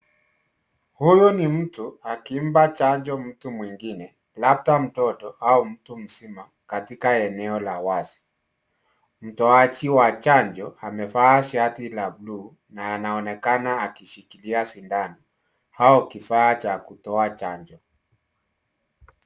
Huyu ni mtu akimpa chanjo mtu mwingine labda mtoto au mtu mzima katika eneo la wazi. Mtoaji wa chanjo amevaa shati la buluu na anaonekana akishikilia sindano au kifaa cha kutoa chanjo.